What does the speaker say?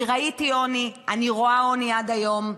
אני ראיתי עוני, ואני רואה עוני עד היום.